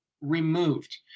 removed